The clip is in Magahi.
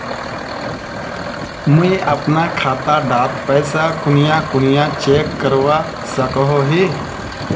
मुई अपना खाता डात पैसा कुनियाँ कुनियाँ चेक करवा सकोहो ही?